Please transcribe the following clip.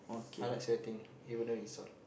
I like sweating even though it's hot